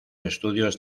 estudios